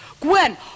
Gwen